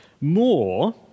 More